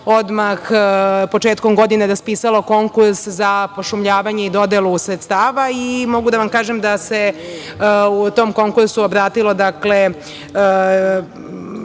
odmah početkom godine raspisalo konkurs za pošumljavanje i dodelu sredstava. Mogu da vam kažem da se u tom konkursu obratilo puno